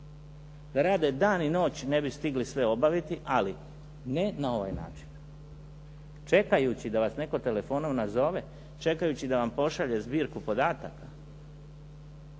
da rade dan i noć ne bi stigli sve obaviti ali ne na ovaj način. Čekajući da vas netko telefonom nazove, čekajući da vam pošalje zbirku podataka,